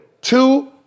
two